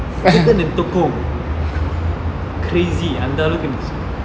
thicker than tekong crazy அந்த அலவுக்கு இருந்துச்சி:antha alavukku irunthuchi